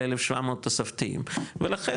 ל-1,700 תוספתיים ולכן,